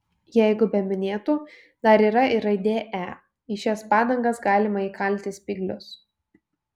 jeigu be minėtų dar yra ir raidė e į šias padangas galima įkalti spyglius